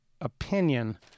opinion